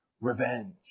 Revenge